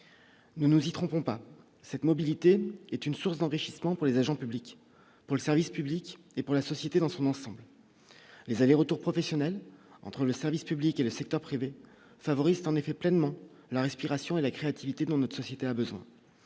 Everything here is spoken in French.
Ne nous y trompons pas, cette mobilité est une source d'enrichissement pour les agents publics pour le service public et pour la société dans son ensemble, les allers-retours professionnels entre le service public et le secteur privé favorise en effet pleinement la respiration et la créativité dans notre société a besoin,